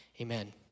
Amen